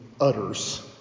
utters